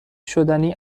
شدنی